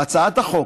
בהצעת החוק,